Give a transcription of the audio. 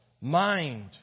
mind